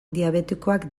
diabetikoak